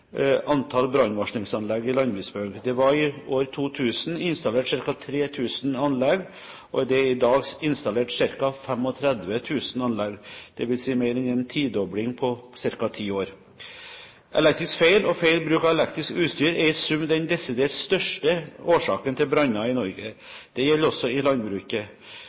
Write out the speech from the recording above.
antall brannvarslingsanlegg i landbruksbygg. Det var i 2000 installert ca. 3 000 anlegg, og det er i dag installert ca. 35 000 anlegg – dvs. mer enn en tidobling på ca. ti år. Elektrisk feil og feil bruk av elektrisk utstyr er i sum den desidert største årsaken til branner i Norge. Det gjelder også i landbruket.